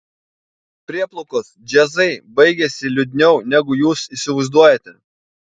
prieplaukos džiazai baigiasi liūdniau negu jūs įsivaizduojate